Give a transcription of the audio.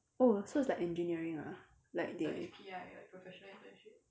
oh so it's like engineering ah like they